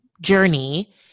journey